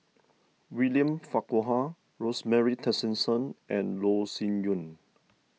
William Farquhar Rosemary Tessensohn and Loh Sin Yun